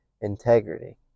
integrity